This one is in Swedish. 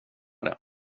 det